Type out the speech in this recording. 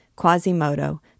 Quasimodo